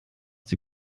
die